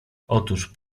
otóż